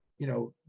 you know,